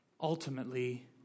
ultimately